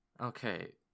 okay